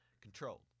controlled